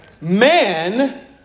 Man